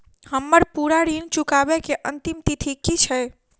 हम्मर पूरा ऋण चुकाबै केँ अंतिम तिथि की छै?